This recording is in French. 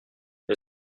est